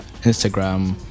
instagram